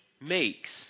makes